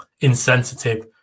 insensitive